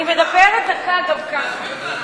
אני מדברת דקה דווקא.